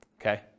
okay